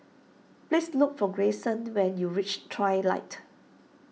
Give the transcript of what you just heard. please look for Greyson when you reach Trilight